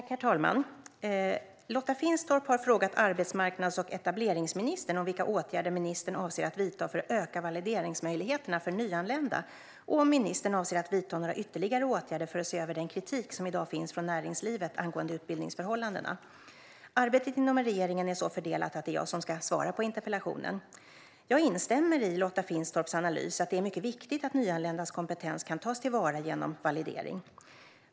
Herr talman! Lotta Finstorp har frågat arbetsmarknads och etableringsministern om vilka åtgärder ministern avser att vidta för att öka valideringsmöjligheterna för nyanlända och om ministern avser att vidta några ytterligare åtgärder för att se över den kritik som i dag finns från näringslivet angående utbildningsförhållandena. Arbetet inom regeringen är så fördelat att det är jag som ska svara på interpellationen. Jag instämmer i Lotta Finstorps analys att det är mycket viktigt att nyanländas kompetens kan tas till vara genom validering.